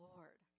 Lord